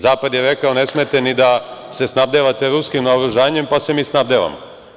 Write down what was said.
Zapad je rekao da ne smete da se snabdevate ruskim naoružanjem, pa se mi snabdevamo.